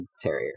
Terrier